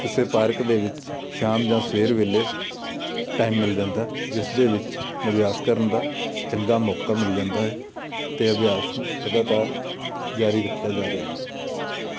ਕਿਸੇ ਪਾਰਕ ਦੇ ਵਿੱਚ ਸ਼ਾਮ ਜਾਂ ਸਵੇਰ ਵੇਲੇ ਟਾਈਮ ਮਿਲ ਜਾਂਦਾ ਜਿਸ ਦੇ ਵਿੱਚ ਅਭਿਆਸ ਕਰਨ ਦਾ ਚੰਗਾ ਮੌਕਾ ਮਿਲ ਜਾਂਦਾ ਹੈ ਅਤੇ ਅਭਿਆਸ ਨੂੰ ਲਗਾਤਾਰ ਜਾਰੀ ਰੱਖਿਆ ਜਾ ਰਿਹਾ ਹੈ